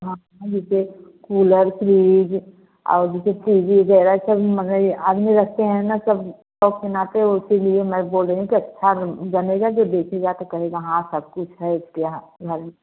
हाँ जैसे cooler fridge और जैसे टीवी वगैरह ये सब मघई आगे लगते हैं ना सब शौक के नाते उसी लिए मैं बोल रही हूँ कि अच्छा जमेगा जो देखेगा तो कहेगा हाँ सब कुछ है इसके यहाँ घर